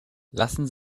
lassen